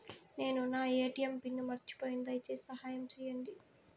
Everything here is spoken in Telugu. నేను నా ఎ.టి.ఎం పిన్ను మర్చిపోయాను, దయచేసి సహాయం చేయండి